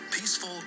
peaceful